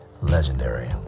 legendary